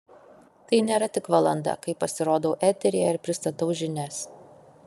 tai nėra tik valanda kai pasirodau eteryje ir pristatau žinias